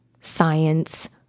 science